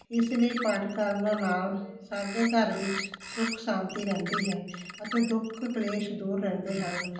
ਇਸ ਲਈ ਪਾਠ ਕਰਨ ਨਾਲ ਸਾਡੇ ਘਰ ਵਿੱਚ ਸੁੱਖ ਸ਼ਾਂਤੀ ਰਹਿੰਦੀ ਹੈ ਅਤੇ ਦੁੱਖ ਕਲੇਸ਼ ਦੂਰ ਰਹਿੰਦੇ ਹਨ